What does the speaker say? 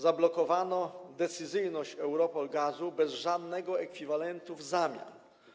Zablokowano decyzyjność EuRoPol Gazu bez żadnego ekwiwalentu w zamian.